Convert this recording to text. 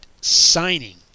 signing